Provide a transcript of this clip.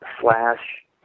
Slash